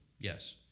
Yes